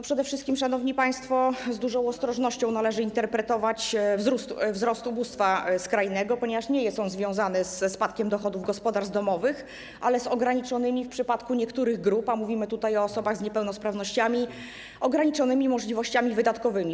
Przede wszystkim, szanowni państwo, z dużą ostrożnością należy interpretować dane dotyczące wzrostu ubóstwa skrajnego, ponieważ nie jest on związany ze spadkiem dochodów gospodarstw domowych, ale z ograniczonymi w przypadku niektórych grup, a mówimy tutaj o osobach z niepełnosprawnościami, możliwościami wydatkowymi.